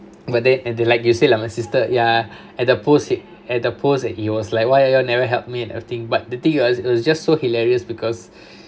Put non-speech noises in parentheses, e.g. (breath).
but then and they like you say like my sister ya at the pose it at the pose that he was like why are you all never help me a thing but the thing was it was just so hilarious because (breath)